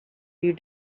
you